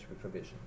provision